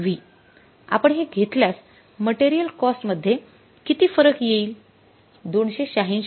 आपण हे घेतल्यास मटेरियल कॉस्टमध्ये किती फरक येईल २८६